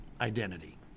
identity